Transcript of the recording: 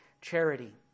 Charity